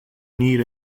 need